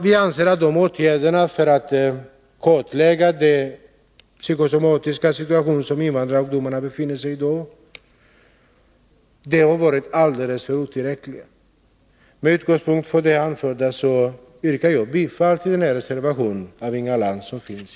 Vi anser att åtgärderna för att kartlägga den psykosomatiska situation som invandrarungdomarna i dag befinner sig i har varit alldeles otillräckliga. Med utgångspunkt i det anförda yrkar jag bifall till reservationen av Inga Lantz.